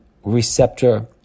receptor